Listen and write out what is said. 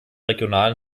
regionalen